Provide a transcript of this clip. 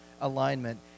alignment